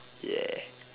ya